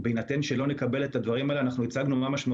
בהינתן ולא נקבל את הדברים האלה אנחנו הצגנו.